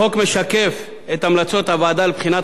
החוק משקף את המלצות הוועדה לבחינת